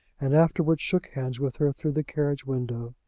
and afterwards shook hands with her through the carriage window.